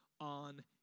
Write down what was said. on